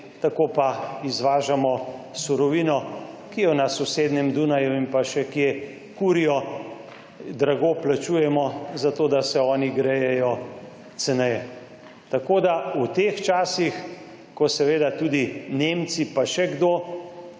Tako pa izvažamo surovino, ki jo na sosednjem Dunaju in pa še kje kurijo, drago plačujemo za to, da se oni grejejo ceneje. Tako da v teh časih, ko tudi Nemci pa še kdo